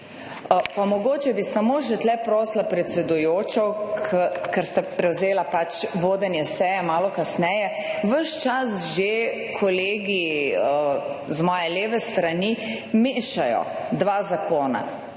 da. Mogoče bi samo še tu prosila predsedujočo, ker ste prevzela pač vodenje seje malo kasneje. Ves čas že kolegi z moje leve strani mešajo dva zakona.